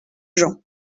gens